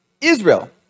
Israel